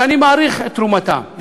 שאני מעריך את תרומתם,